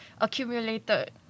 accumulated